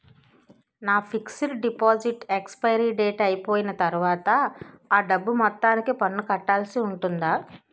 నా fixed deposit expiry date అయిపోయిన తర్వాత అ డబ్బు మొత్తానికి పన్ను కట్టాల్సి ఉంటుందా?